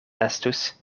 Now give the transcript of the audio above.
estus